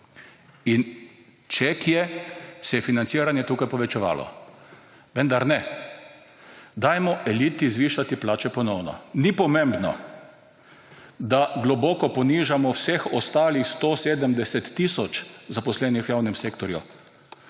in če kje se je financiranje tukaj povečevalo, vendar ne, dajmo eliti zvišati plače ponovno. Ni pomembno, da globoko ponižamo vseh ostalih 170 tisoč zaposlenih v javnem sektorju,